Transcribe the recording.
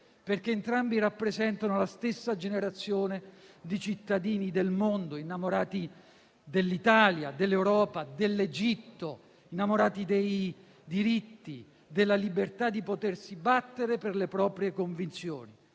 perché entrambi rappresentano la stessa generazione di cittadini del mondo, innamorati dell'Italia, dell'Europa, dell'Egitto; innamorati dei diritti, della libertà di potersi battere per le proprie convinzioni.